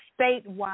statewide